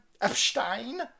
Epstein